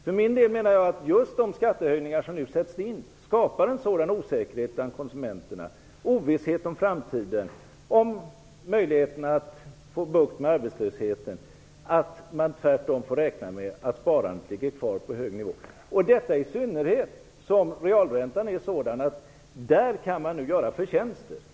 För min del menar jag att just de skattehöjningar som nu sätts in skapar en sådan osäkerhet bland konsumenterna - ovisshet om framtiden och om möjligheterna att få bukt med arbetslösheten - att man tvärtom får räkna med att sparandet ligger kvar på en hög nivå. Detta gäller i synnerhet som realräntan nu är sådan att man kan göra förtjänster.